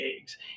eggs